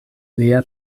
lia